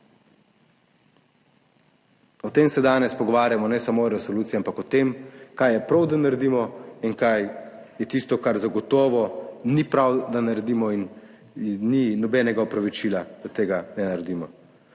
O tem se danes pogovarjamo, ne samo o resoluciji, ampak o tem kaj je prav, da naredimo in kaj je tisto, kar zagotovo ni prav, da naredimo. In ni nobenega opravičila, da tega ne naredimo.